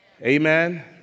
Amen